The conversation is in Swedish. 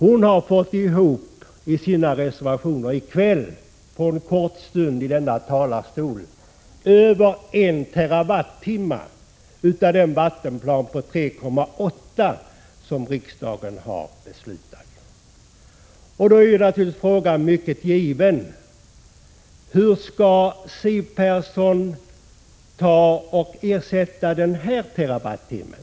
Jo, hon har i sina reservationer under en kort stund i denna talarstol här i kväll fått ihop över 1 TWh av den vattenplan på 3,8 TWh som riksdagen har beslutat. Då är naturligtvis frågan given: Hur skall Siw Persson ersätta denna terawattimme?